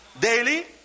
Daily